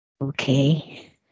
Okay